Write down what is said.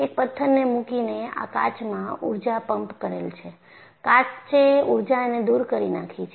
એક પથ્થરને મૂકીને આ કાચમાં ઊર્જા પમ્પ કરેલ છે કાચે ઊર્જાને દુર કરી નાખી છે